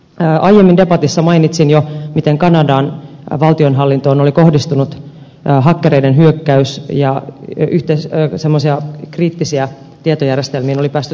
aiemmin debatissa mainitsin jo miten kanadan valtionhallintoon oli kohdistunut hakkereiden hyökkäys ja kriittisiin tietojärjestelmiin oli päästy tunkeutumaan